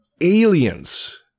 Aliens